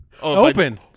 Open